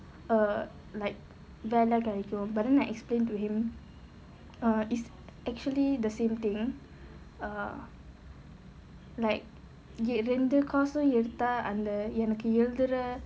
err like வேலை கிடைக்கும்:velai kidaikum but then I explained to him uh is actually the same thing uh like ரெண்டு:rendu course எடுத்தா எனக்கு எழுதுற:eduthaa enakku eluthura